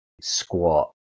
squat